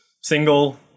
single